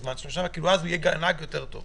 כאילו אז יהיה נהג טוב יותר.